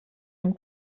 dem